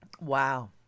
Wow